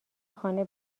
خانه